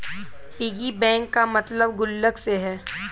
piggy bank का मतलब गुल्लक से है